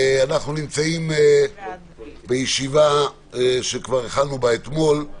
אנחנו נמצאים בישיבה שכבר התחילה אתמול.